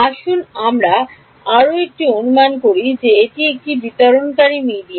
আসুন আমরা আরও একটি অনুমান করি যে এটি একটি বিতরণকারী মিডিয়া